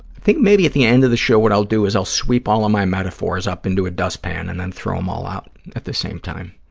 think maybe at the end of the show what i'll do is i'll sweep all of my metaphors up into a dustpan and then throw them um all out at the same time.